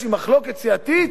יש לי מחלוקת סיעתית,